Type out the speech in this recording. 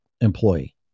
employee